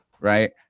right